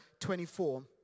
24